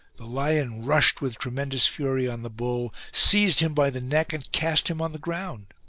the lion rushed with tre mendous fury on the bull, seized him by the neck and cast him on the ground.